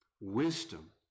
wisdom